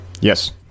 Yes